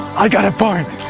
i got a point!